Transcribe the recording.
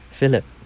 Philip